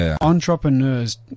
Entrepreneurs